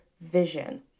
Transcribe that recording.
vision